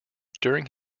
during